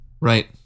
Right